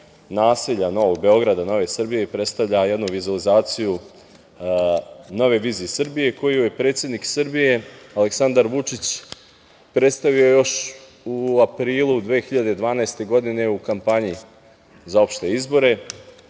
naselja, novog Beograda, nove Srbije i predstavlja jednu vizualizaciju nove vizije Srbije, koju je predsednik Srbije Aleksandar Vučić predstavio još u aprilu 2012. godine u kampanji za opšte izbore,